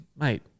Mate